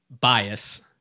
bias